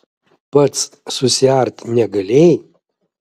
pats susiart negalėjai